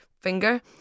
finger